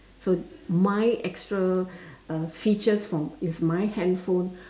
so my extra uh features from it's my handphone